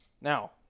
Now